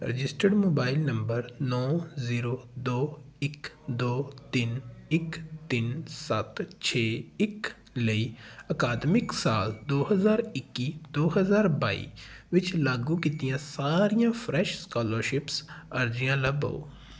registered mobile number ਨੌਂ zero ਦੋ ਇੱਕ ਦੋ ਤਿੰਨ ਇੱਕ ਤਿੰਨ ਸੱਤ ਛੇ ਇੱਕ ਲਈ ਅਕਾਦਮਿਕ ਸਾਲ ਦੋ ਹਜ਼ਾਰ ਇੱਕੀ ਦੋ ਹਜ਼ਾਰ ਬਾਈ ਵਿੱਚ ਲਾਗੂ ਕੀਤੀਆਂ ਸਾਰੀਆਂ ਫਰੈਸ਼ ਸਕਾਲਰਸ਼ਿਪਸ ਅਰਜ਼ੀਆਂ ਲੱਭੋ